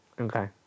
Okay